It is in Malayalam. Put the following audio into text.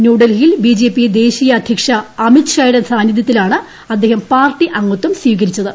ന്യൂഡൽഹിയിൽ ബി ജെ പി ദേശീയ അധ്യക്ഷ അമിത് ഷായുടെ സാന്നിധ്യത്തിലാണ് അദ്ദേഹം പാർട്ടി അംഗത്വം സ്വീകരിച്ചത്